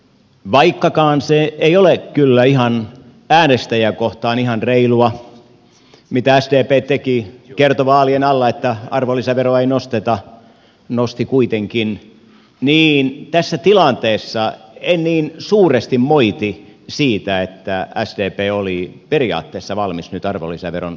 vaikkakaan se ei ole kyllä äänestäjää kohtaan ihan reilua mitä sdp teki kertoi vaalien alla että arvonlisäveroa ei nosteta nosti kuitenkin niin tässä tilanteessa en niin suuresti moiti siitä että sdp oli periaatteessa valmis nyt arvonlisäveron korottamiseen